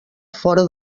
fora